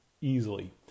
easily